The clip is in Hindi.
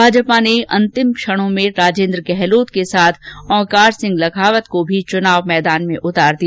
भाजपा ने अंतिम क्षणों में राजेंद्र गहलोत के साथ ओंकार सिंह लाखावत को भी चुनाव मैदान में उतार दिया